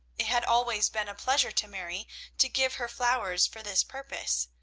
it had always been a pleasure to mary to give her flowers for this purpose,